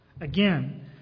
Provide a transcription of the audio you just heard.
Again